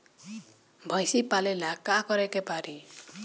भइसी पालेला का करे के पारी?